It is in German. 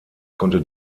konnte